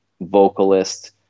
vocalist